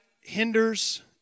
hinders